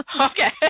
Okay